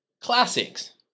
Classics